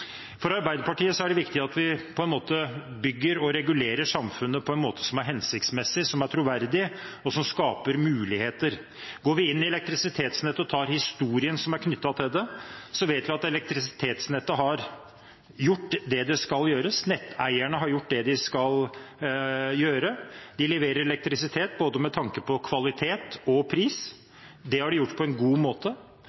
For Arbeiderpartiet er det viktig at vi bygger og regulerer samfunnet på en måte som er hensiktsmessig, som er troverdig, og som skaper muligheter. Ser vi på elektrisitetsnettet og historien som er knyttet til det, vet vi at elektrisitetsnettet har gjort det det skal gjøre – netteierne har gjort det de skal gjøre: De leverer elektrisitet med tanke på både kvalitet og pris.